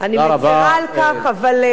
אני מצרה על כך, אבל,